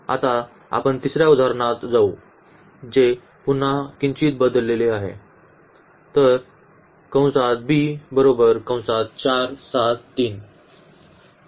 आता आपण तिसर्या उदाहरणात जाऊ जे पुन्हा किंचित बदलले आहे